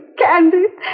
candies